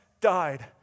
died